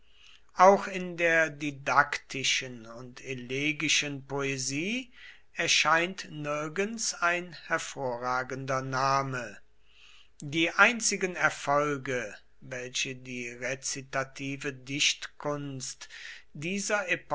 auch in der didaktischen und elegischen poesie erscheint nirgends ein hervorragender name die einzigen erfolge welche die rezitative dichtkunst dieser